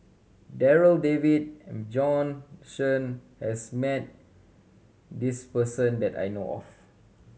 Darryl David Bjorn Shen has met this person that I know of